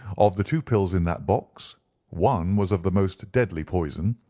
of the two pills in that box one was of the most deadly poison,